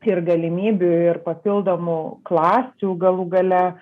ir galimybių ir papildomų klasių galų gale